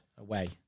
away